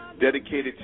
dedicated